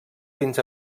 fins